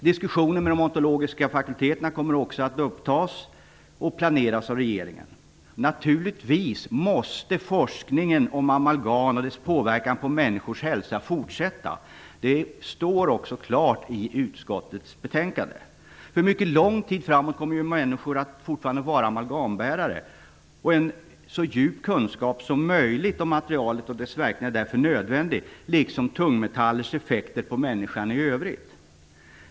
Diskussioner med de odontologiska fakulteterna kommer också att upptas och planeras av regeringen. Naturligtvis måste forskningen om amalgam och dess påverkan på människors hälsa fortsätta. Det står också klart i utskottets betänkande. Under en mycket lång tid framöver kommer ju människor fortfarande att vara amalgambärare. En så djup kunskap som möjligt om materialet och dess verkningar är dessutom nödvändig, liksom om tungmetallers effekter på människan i övrigt.